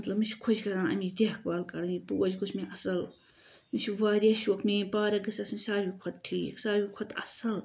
مطلب مےٚ چھِ خۄش کَران اَمِچ دیکھ بال کَرٕنۍ پوش گوٚژھ مےٚ اصل مےٚ چھُ واریاہ شوق میٲنۍ پارک گٔژھ آسٕنۍ ساروی کھۄتہٕ ٹھیٖک ساروی کھۄتہٕ اَصل